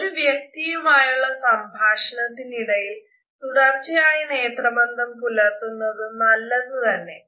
ഒരു വ്യക്തിയുമായുള്ള സംഭാഷണത്തിനിടയിൽ തുടർച്ചയായ നേത്രബന്ധം പുലർത്തുന്നത് നല്ലത് തന്നെ